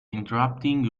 interrupting